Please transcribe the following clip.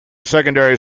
secondary